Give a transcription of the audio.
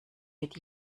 mit